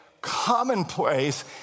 commonplace